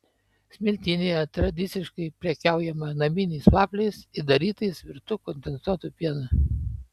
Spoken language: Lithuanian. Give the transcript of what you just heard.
smiltynėje tradiciškai prekiaujama naminiais vafliais įdarytais virtu kondensuotu pienu